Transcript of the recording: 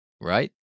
Right